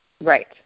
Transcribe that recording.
Right